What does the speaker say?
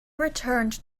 returned